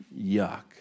yuck